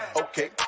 Okay